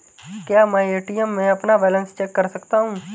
क्या मैं ए.टी.एम में अपना बैलेंस चेक कर सकता हूँ?